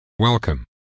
welcome